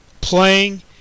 playing